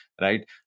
right